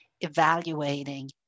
evaluating